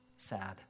Sad